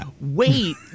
wait